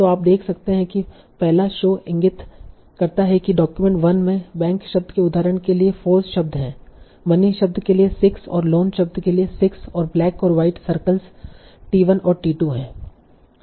तो आप देख सकते हैं कि पहला शो इंगित करता है कि डॉक्यूमेंट 1 में बैंक शब्द के उदाहरण के लिए 4 शब्द हैं मनी शब्द के लिए 6 और लोन शब्द के लिए 6 और ब्लैक और वाइट सर्कल्स t1 और t2 हैं